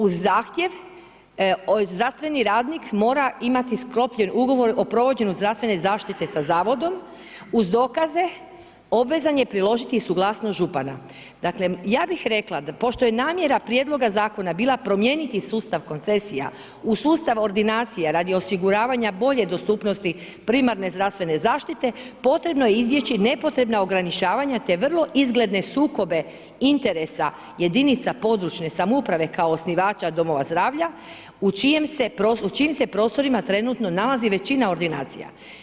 Uz zahtjev zdravstveni radnik mora imati sklopljen ugovor o provođenju zdravstvene zaštite sa zavodom uz dokaze obvezan je priložiti i suglasnost župana.“ Dakle, ja bih rekla da pošto je namjera prijedloga zakona bila promijeniti sustav koncesija u sustav ordinacija radi osiguravanja bolje dostupnosti primarne zdravstvene zaštite, potrebno je izbjeći nepotrebna ograničavanja te vrlo izgledne sukobe interesa jedinica područne samouprave kao osnivača domova zdravlja u čijim se prostorima trenutno nalazi većina ordinacija.